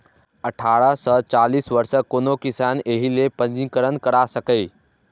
अठारह सं चालीस वर्षक कोनो किसान एहि लेल पंजीकरण करा सकैए